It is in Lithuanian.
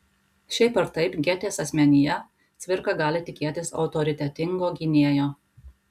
šiaip ar taip gėtės asmenyje cvirka gali tikėtis autoritetingo gynėjo